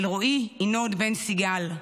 אלרועי ינון בן סיגל,